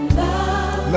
love